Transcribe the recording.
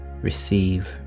Receive